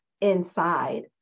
inside